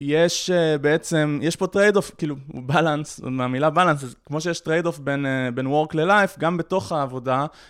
יש בעצם, יש פה טרייד אוף, כאילו בלנס, מהמילה בלנס, כמו שיש טרייד אוף בין וורק ללייב, גם בתוך העבודה.